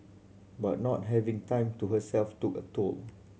but not having time to herself took a toll